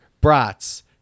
brats